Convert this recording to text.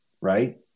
Right